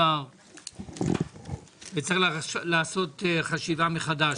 צריך לעשות חשיבה מחדש.